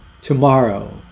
tomorrow